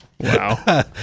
wow